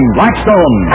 Blackstone